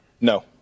No